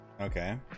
Okay